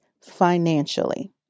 financially